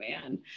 man